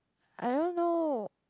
I don't know